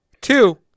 Two